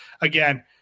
again